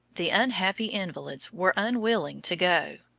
the unhappy invalids were unwilling to go,